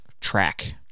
track